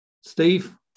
Steve